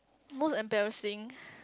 most embarrassing